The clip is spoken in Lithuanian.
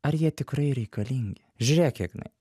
ar jie tikrai reikalingi žiūrėk ignai